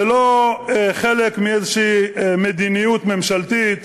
ולא חלק מאיזו מדיניות ממשלתית,